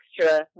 extra